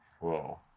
Whoa